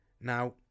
Now